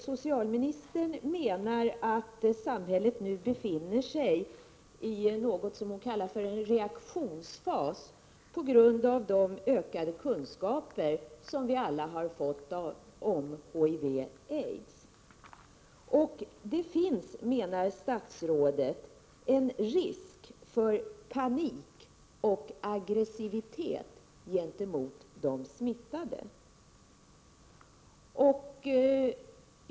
Socialministern menar att samhället nu befinner sig i något som hon kallar för en reaktionsfas på grund av de ökade kunskaper som vi alla har fått om HIV och aids. Det finns, menar statsrådet, en risk för panik och aggressivitet gentemot de smittade.